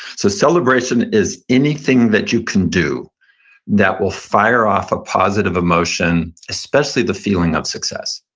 so celebration is anything that you can do that will fire off a positive emotion, especially the feeling of success.